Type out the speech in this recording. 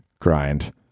grind